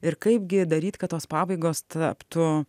ir kaip gi daryt kad tos pabaigos taptų